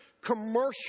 commercial